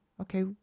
Okay